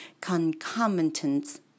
concomitants